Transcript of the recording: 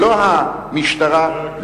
חבר הכנסת רותם,